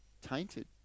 tainted